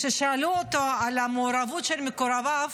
כששאלו אותו על המעורבות של מקורביו